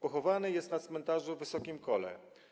Pochowany jest na cmentarzu w Wysokim Kole.